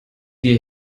wir